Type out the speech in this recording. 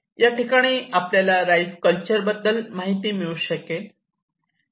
या ठिकाणी आपल्याला राईस कल्चर बद्दल माहिती मिळू शकेल